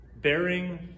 bearing